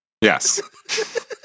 Yes